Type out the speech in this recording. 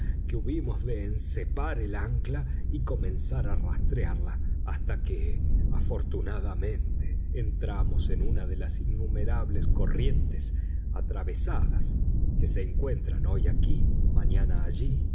que hubimos de encepar el ancla y comenzar a rastrearla hasta que afortunadamente entramos en una de las innumerables corrientes atravesadas que se encuentran hoy aquí mañana allí